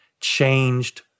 changed